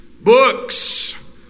books